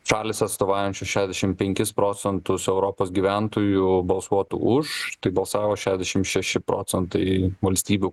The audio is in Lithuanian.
šalys atstovaujančios šešdešim penkis procentus europos gyventojų balsuotų už tai balsavo šešdešim šeši procentai valstybių